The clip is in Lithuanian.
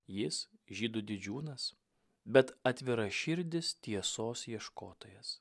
jis žydų didžiūnas bet atviraširdis tiesos ieškotojas